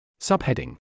Subheading